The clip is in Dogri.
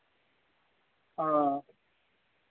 हां